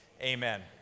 Amen